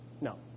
No